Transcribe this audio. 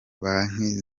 banki